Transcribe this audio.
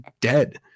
dead